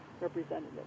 representative